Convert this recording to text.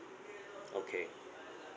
okay